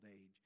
age